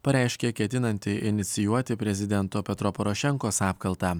pareiškė ketinanti inicijuoti prezidento petro porošenkos apkaltą